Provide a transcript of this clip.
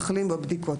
מחלים בבדיקות,